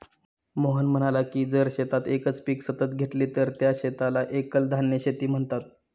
मोहन म्हणाला की जर शेतात एकच पीक सतत घेतले तर त्या शेताला एकल धान्य शेती म्हणतात